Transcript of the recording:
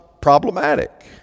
problematic